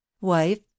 wife